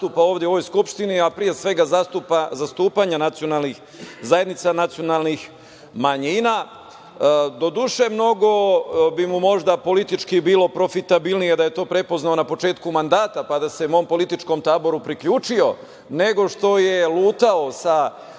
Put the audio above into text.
ovoj Skupštini, a pre svega zastupanje nacionalnih zajednica nacionalnih manjina. Doduše, mnogo bi mu možda politički bilo profitabilnije da je to prepoznao na početku mandata, pa da se mom političkom taboru priključio, nego što je lutao sa